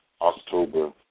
October